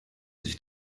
sich